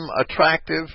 attractive